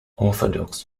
orthodox